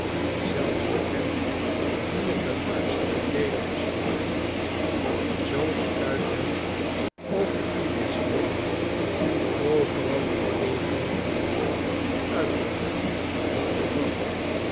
zelfs door hen die er de warmste verdedigers van zijn zoo stuit men ook in dit district overal op teekenen van achteruitgang en verval